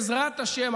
בעזרת השם,